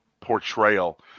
portrayal